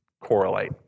correlate